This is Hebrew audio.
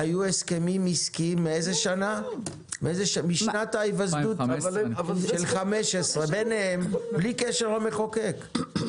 בחברות האלה היו הסכמים עסקיים משנת 2015 בלי קשר למחוקק,